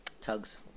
Tugs